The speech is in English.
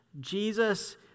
Jesus